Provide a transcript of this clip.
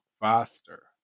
faster